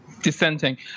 dissenting